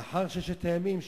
לאחר ששת הימים,